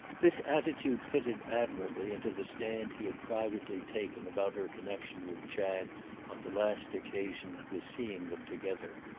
this attitude fitted admirably into the stand he had privately taken about her connexion with chad on the last occasion of his seeing them together.